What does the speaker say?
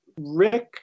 Rick